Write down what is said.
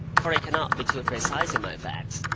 for i cannot be too precise in my facts,